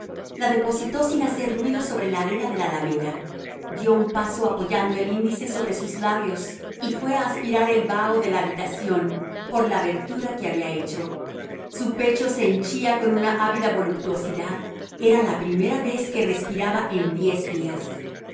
la depositó sin hacer ruido sobre la arena de la alameda dio un paso apoyando el índice sobre sus labios y fue a aspirar el vaho de la habitación por la abertura que había hecho su pecho se henchía con una ávida voluptuosidad era la primera vez que respiraba en diez días